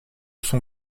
son